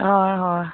হয় হয়